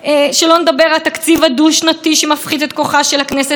בג"ץ הוא שמכשיר את מפעל ההתנחלויות